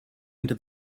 into